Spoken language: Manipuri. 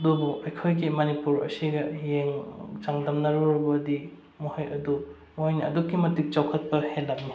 ꯑꯗꯨꯕꯨ ꯑꯩꯈꯣꯏꯒꯤ ꯃꯅꯤꯄꯨꯔ ꯑꯁꯤꯒ ꯆꯥꯡꯗꯝꯅꯔꯨꯔꯕꯗꯤ ꯃꯈꯣꯏ ꯑꯗꯨ ꯃꯣꯏꯅ ꯑꯗꯨꯛꯀꯤ ꯃꯇꯤꯛ ꯆꯥꯎꯈꯠꯄ ꯍꯦꯜꯂꯝꯃꯤ